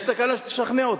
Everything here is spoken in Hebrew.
יש סכנה שתשכנע אותי.